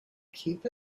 keep